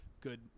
Good